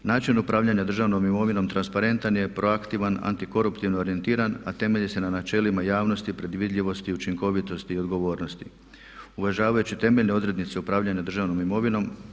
Način upravljanja državnom imovinom transparentan je, pro aktivan, anti koruptivno orijentiran a temelji se na načelima javnosti, predvidljivosti, učinkovitosti i odgovornosti uvažavajući temeljne odrednice upravljanja državnom imovinom.